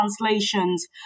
translations